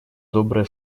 добрые